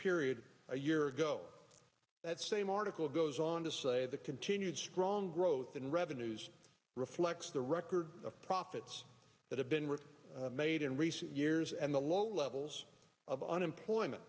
period a year ago that same article goes on to say the continued strong growth in revenues reflects the record profits that have been written made in recent years and the low levels of unemployment